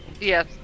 Yes